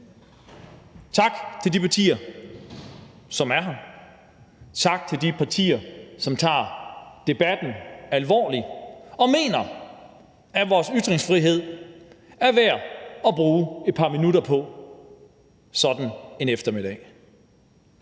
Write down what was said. Tak til de partier, som er her. Tak til de partier, som tager debatten alvorligt og mener, at vores ytringsfrihed er værd at bruge et par minutter på sådan en eftermiddag.